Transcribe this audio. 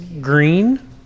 green